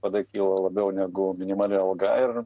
kada kyla labiau negu minimali alga ir